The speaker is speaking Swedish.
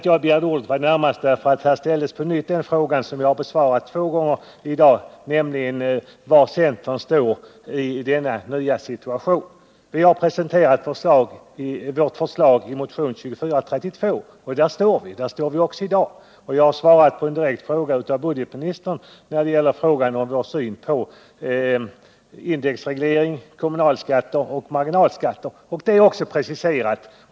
Här ställdes på nytt en fråga som jag har besvarat två gånger i dag, nämligen var centern står i denna nya situation. Vi har presenterat vårt förslag i motionen 2432, och det förslaget håller vi fast vid. Jag har också svarat på en direkt fråga av budgetministern om vår syn på indexreglering, kommunalskatter och marginalskatter.